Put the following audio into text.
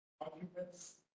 arguments